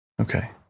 Okay